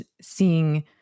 seeing